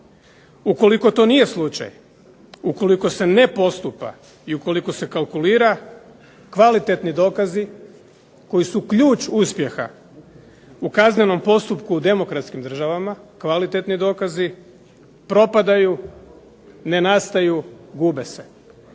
Ukoliko to nije slučaj, ukoliko se ne postupa i ukoliko se kalkulira kvalitetni dokazi koji su ključ uspjeha u kaznenom postupku u demokratskim državama, kvalitetni dokazi, propadaju, ne nastaju, gube se.